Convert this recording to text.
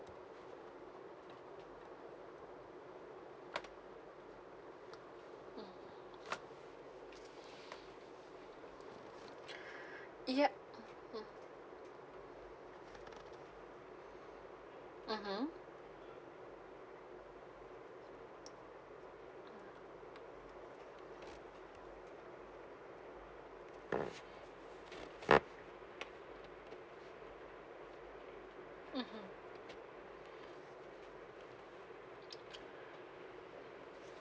ya (uh huh) (uh huh)